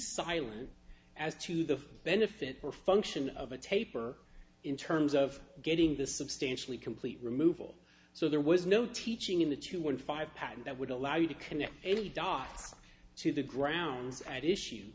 silent as to the benefit or function of a taper in terms of getting the substantially complete removal so there was no teaching in the two hundred five patent that would allow you to connect any dots to the grounds at issue